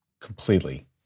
Completely